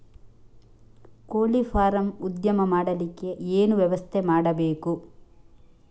ಕೋಳಿ ಫಾರಂ ಉದ್ಯಮ ಮಾಡಲಿಕ್ಕೆ ಏನು ವ್ಯವಸ್ಥೆ ಮಾಡಬೇಕು?